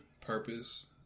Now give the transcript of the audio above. purpose